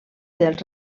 dels